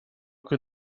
could